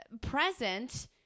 Present